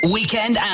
Weekend